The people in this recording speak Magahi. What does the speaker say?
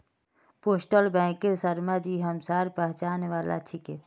पोस्टल बैंकेर शर्माजी हमसार पहचान वाला छिके